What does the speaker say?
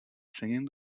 singing